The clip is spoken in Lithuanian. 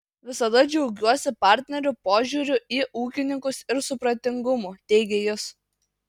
visada džiaugiuosi partnerių požiūriu į ūkininkus ir supratingumu teigė jis